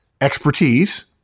expertise